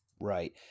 Right